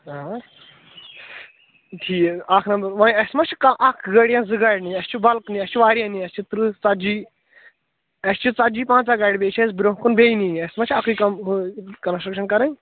ٹھیٖک اکھ نمبر وۄنۍ اسہِ ما چھُ کانٛہہ اکھ گٲڑۍ یا زٕ گاڑِ نِنہٕ اسہِ چھ بلٕک نِنہٕ اسہِ چھِ واریاہ نِنہٕ اسہِ چھِ تٕرٕہ ژتجی اسہِ چھِ ژتجی پنٛژاہ گاڑِ بیٚیہِ چھِ اسہِ برٛونٛہہ کُن بیٚیہِ نِنہٕ اسہِ ما چھِ اکٕے کنسٹرٛیکیشن کرٕنۍ